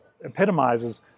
epitomizes